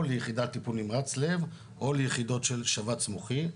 או ליחידת טיפול נמרץ לב, או ליחידות של שבץ מוחי.